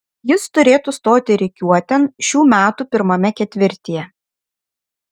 jis turėtų stoti rikiuotėn šių metų pirmame ketvirtyje